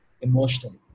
emotionally